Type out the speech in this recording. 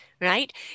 right